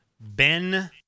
Ben